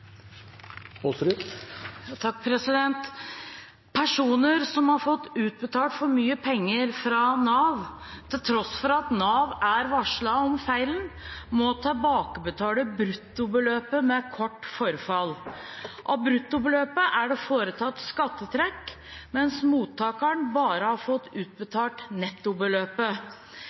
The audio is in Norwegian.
Nav, til tross for at Nav er varslet om feilen, må tilbakebetale bruttobeløpet med kort forfall. Av bruttobeløpet er det foretatt skattetrekk, mens mottakeren bare har fått utbetalt nettobeløpet.